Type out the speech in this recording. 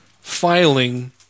filing